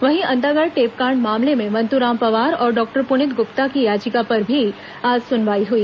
वहीं अंतागढ़ टेपकांड मामले में मंतूराम पवार और डॉक्टर पुनीत गुप्ता की याचिका पर भी आज सुनवाई हुई